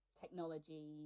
technology